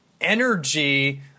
energy